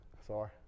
Sorry